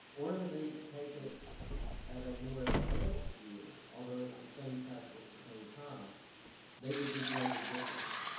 or or they take it at a more advanced year, although it's the same test at the same time they would be graded differently.